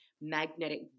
magnetic